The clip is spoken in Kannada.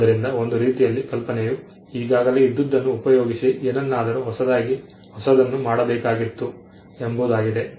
ಆದ್ದರಿಂದ ಒಂದು ರೀತಿಯಲ್ಲಿ ಕಲ್ಪನೆಯು ಈಗಾಗಲೇ ಇದ್ದದ್ದನ್ನು ಉಪಯೋಗಿಸಿ ಏನಾದರೂ ಹೊಸದನ್ನು ಮಾಡಬೇಕಾಗಿತ್ತು ಎಂಬುದಾಗಿದೆ